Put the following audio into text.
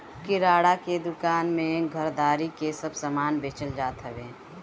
किराणा के दूकान में घरदारी के सब समान बेचल जात हवे